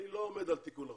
אני לא עומד על תיקון החוק.